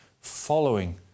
following